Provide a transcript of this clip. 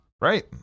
Right